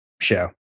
Show